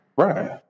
Right